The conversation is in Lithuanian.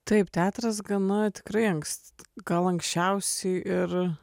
taip teatras gana tikrai anksti gal anksčiausiai ir